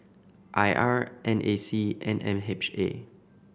I R N A C and M H A